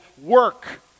work